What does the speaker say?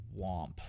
womp